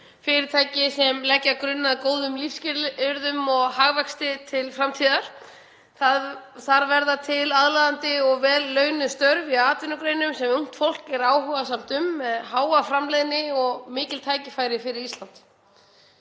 fyrirtækjum sem leggja grunn að góðum lífsskilyrðum og hagvexti til framtíðar. Þar verða til aðlaðandi og vel launuð störf í atvinnugreinum sem ungt fólk er áhugasamt um, með háa framleiðni og fela í sér mikil tækifæri fyrir Ísland.